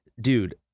Dude